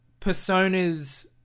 personas